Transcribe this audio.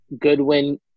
Goodwin